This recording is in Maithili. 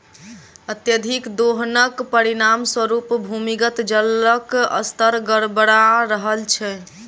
अत्यधिक दोहनक परिणाम स्वरूप भूमिगत जलक स्तर गड़बड़ा रहल छै